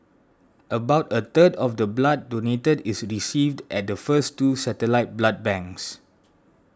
about a third of the blood donated is received at the first two satellite blood banks